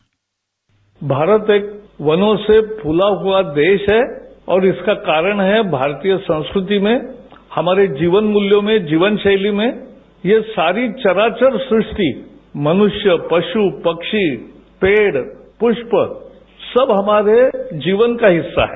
bite Bharat एक वनों से फूला हुआ देश है और इसका कारण है भारतीय संस्कृति में हमारे जीवन मूल्यों में जीवन शैली में ये सारी चराचर सृष्टि मनुष्य पशु पक्षी पेड़ पुष्प सब हमारे जीवन का हिस्सा हैं